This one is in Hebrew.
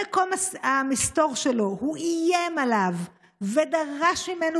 במקום המסתור שלו הוא איים עליו ודרש ממנו,